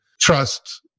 trust